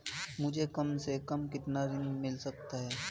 मुझे कम से कम कितना ऋण मिल सकता है?